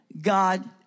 God